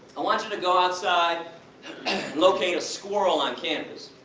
want you to go outside and locate a squirrel on campus,